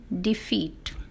defeat